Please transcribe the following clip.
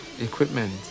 equipment